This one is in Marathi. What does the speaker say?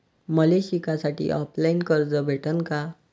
मले शिकासाठी ऑफलाईन कर्ज भेटन का?